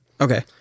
okay